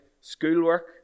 schoolwork